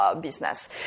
business